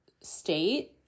state